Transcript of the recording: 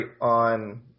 on